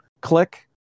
click